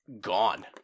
gone